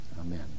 Amen